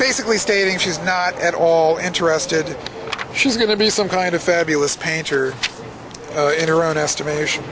basically stating she's not at all interested she's going to be some kind of fabulous painter in her own estimation